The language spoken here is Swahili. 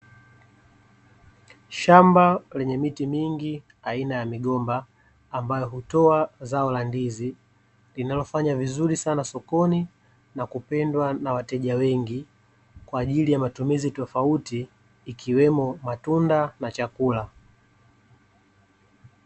Shamba lenye miti mingi aina ya migomba, ambayo hutoa zao la ndizi linalofanya vizuri sana sokoni na kupendwa na wateja wengi, kwa ajili ya matumizi tofauti ikiwemo matunda na chakula.